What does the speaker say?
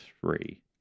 three